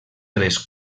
tres